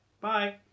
Bye